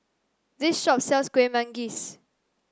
this shop sells Kueh Manggis